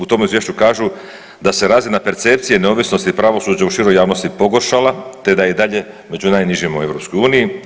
U tom izvješću kažu, da se razina percepcije neovisnosti i pravosuđa u široj javnosti pogoršala, te da je i dalje među najnižima u EU.